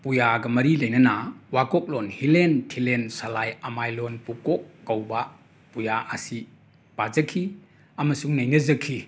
ꯄꯨꯌꯥꯒ ꯃꯔꯤ ꯂꯩꯅꯅ ꯋꯣꯀꯣꯛꯂꯣꯟ ꯍꯤꯂꯦꯟ ꯊꯤꯂꯦꯟ ꯁꯂꯥꯏ ꯑꯃꯥꯏꯂꯣꯟ ꯄꯨꯀꯣꯛ ꯀꯧꯕ ꯄꯨꯌꯥ ꯑꯁꯤ ꯄꯥꯖꯈꯤ ꯑꯃꯁꯨꯡ ꯅꯩꯅꯖꯈꯤ